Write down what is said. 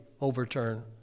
overturn